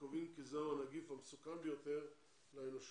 וקובעים כי זהו הנגיף המסוכן ביותר לאנושות.